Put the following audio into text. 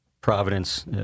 Providence